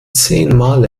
zehnmal